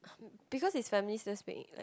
because his family still speak in like